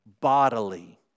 bodily